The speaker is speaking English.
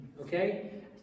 Okay